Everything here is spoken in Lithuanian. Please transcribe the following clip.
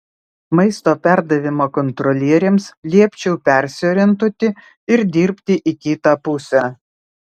maisto perdavimo kontrolieriams liepčiau persiorientuoti ir dirbti į kitą pusę